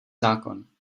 zákon